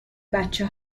بچه